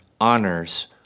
honors